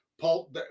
Paul